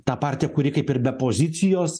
ta partija kuri kaip ir be pozicijos